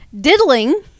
diddling